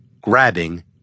grabbing